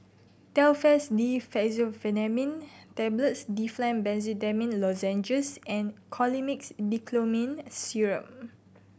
Telfast D Fexofenadine Tablets Difflam Benzydamine Lozenges and Colimix Dicyclomine Syrup